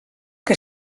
que